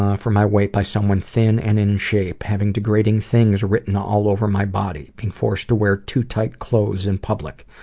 ah for my weight by someone thin and in shape. having degrading things written all over my body. being forced to wear too tight clothes in public.